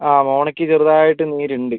ആ മോണയ്ക്ക് ചെറുതായിട്ട് നീരുണ്ട്